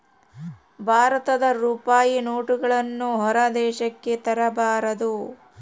ಭಾರತದ ರೂಪಾಯಿ ನೋಟುಗಳನ್ನು ಹೊರ ದೇಶಕ್ಕೆ ತರಬಾರದು